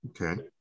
okay